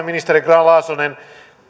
ministeri sanni grahn laasonen